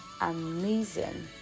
amazing